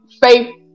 faith